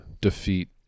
defeat